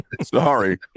Sorry